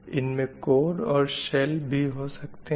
इनमें कोर और शेल भी हो सकते हैं